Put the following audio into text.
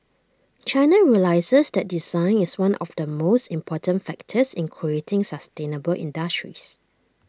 China realises that design is one of the most important factors in creating sustainable industries